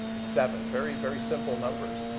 seven very, very simple numbers.